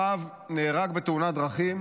הרב נהרג בתאונת דרכים,